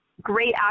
great